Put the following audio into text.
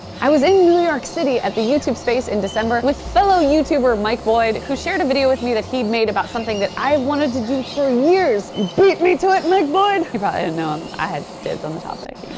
i was in new york city at the youtube space in december with fellow youtuber mike boyd, who shared a video with me that he'd made about something that i've wanted to do for years. you beat me to it, mike boyd! he probably didn't know i had dibs on the topic. and